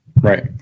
Right